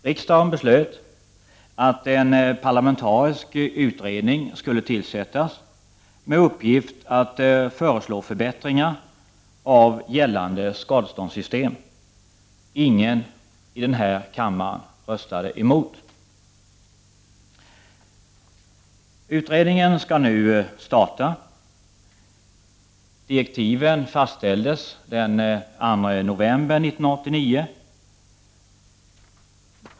Riksdagen beslöt att en parlamentarisk utredning skulle tillsättas med uppgift att föreslå förbättringar av gällande skadeståndssystem. Ingen i den här kammaren röstade emot. Utredningen skall nu påbörja sitt arbete. Direktiven fastställdes den 2 november 1989.